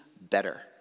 better